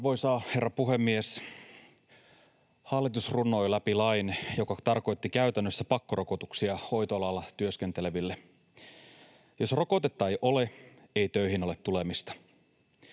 Arvoisa herra puhemies! Hallitus runnoi läpi lain, joka tarkoitti käytännössä pakkorokotuksia hoitoalalla työskenteleville. Jos rokotetta ei ole, ei töihin ole tulemista.